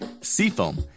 seafoam